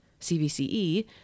CVCE